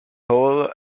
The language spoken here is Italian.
hall